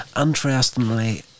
interestingly